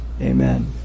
Amen